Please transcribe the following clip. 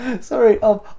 Sorry